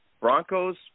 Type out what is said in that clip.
Broncos